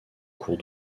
cours